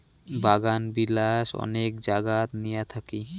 বাগানবিলাস অনেক জাগাত নিয়া থাকি